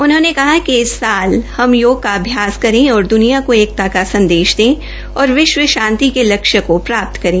उन्होंने कहा कि इस साल हम योग का अभ्यास करें और द्वनिया को एकता का संदेश दें और विश्व शांति के लक्ष्य को प्राप्त करें